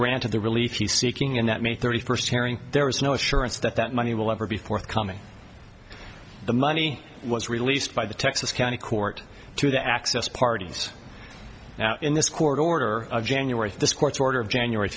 granted the relief you seeking and that may thirty first hearing there is no assurance that that money will ever be forthcoming the money was released by the texas county court to the access parties now in this court order of january this court's order of january